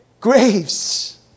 graves